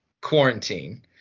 quarantine